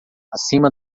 acima